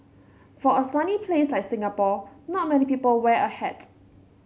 for a sunny place like Singapore not many people wear a hat